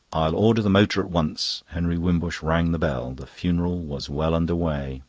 i'll order the motor at once. henry wimbush rang the bell. the funeral was well under way.